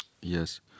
Yes